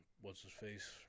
what's-his-face